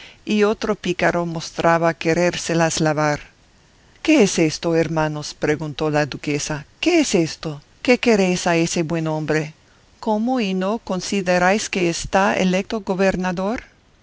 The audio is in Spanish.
y otro pícaro mostraba querérselas lavar qué es esto hermanos preguntó la duquesa qué es esto qué queréis a ese buen hombre cómo y no consideráis que está electo gobernador